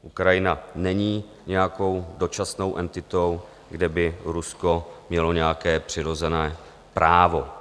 Ukrajina není nějakou dočasnou entitou, kde by Rusko mělo nějaké přirozené právo.